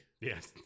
Yes